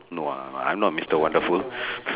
no ah I'm not I'm not mister wonderful